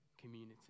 community